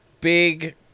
big